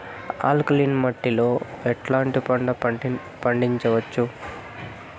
Alkaline మట్టి లో ఎట్లాంటి పంట పండించవచ్చు,?